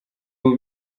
ubu